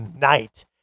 night